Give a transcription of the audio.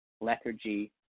lethargy